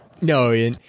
No